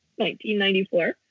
1994